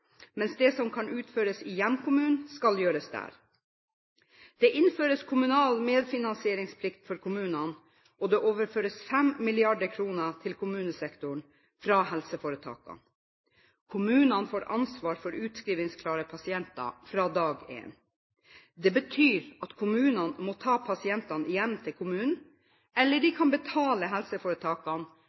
mens det som kan utføres i hjemkommunen, skal gjøres der. Det innføres kommunal medfinansieringsplikt for kommunene, og det overføres 5 mrd. kr til kommunesektoren fra helseforetakene. Kommunene får ansvar for utskrivingsklare pasienter fra dag én. Det betyr at kommunene må ta pasientene hjem til kommunen, eller de kan betale helseforetakene,